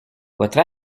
votre